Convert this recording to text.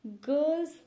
Girls